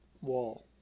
wall